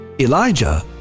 Elijah